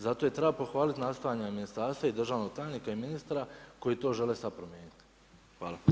Zato i treba pohvaliti nastojanja ministarstva i državnog tajnika i ministra koji to žele sada promijeniti.